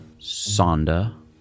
Sonda